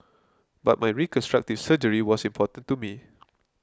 but my reconstructive surgery was important to me